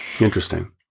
interesting